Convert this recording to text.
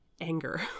anger